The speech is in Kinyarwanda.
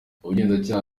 ubugenzacyaha